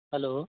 hello